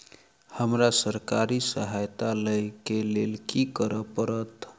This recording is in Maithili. हमरा सरकारी सहायता लई केँ लेल की करऽ पड़त?